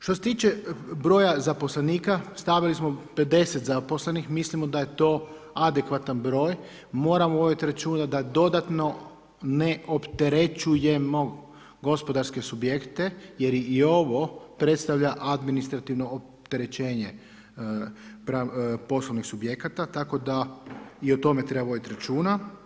Što se tiče broja zaposlenika, stavili smo 50 zaposlenih, mislimo da je to adekvatan broj, moramo voditi računa d dodatno ne opterećujemo gospodarske subjekte jer i ovo predstavlja administrativno opterećenje poslovnih subjekata, tako da i o tome treba voditi računa.